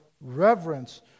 reverence